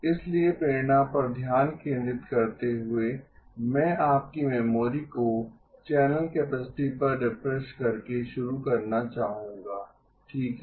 इसलिए प्रेरणा पर ध्यान केंद्रित करते हुए मैं आपकी मेमोरी को चैनल कैपेसिटी पर रिफ्रेश करके शुरू करना चाहूंगा ठीक है